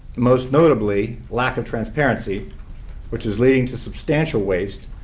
most notably lack of transparency which is leading to substantial waste,